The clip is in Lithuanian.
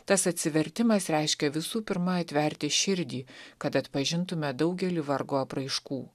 tas atsivertimas reiškia visų pirma atverti širdį kad atpažintume daugelį vargo apraiškų